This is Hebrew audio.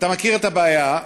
אתה מכיר את הבעיה,